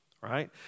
right